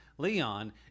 Leon